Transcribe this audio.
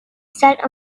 scent